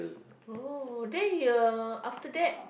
oh then your after that